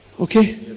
okay